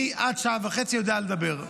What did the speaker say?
אני, עד שעה וחצי יודע לדבר.